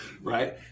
Right